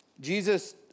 Jesus